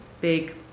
big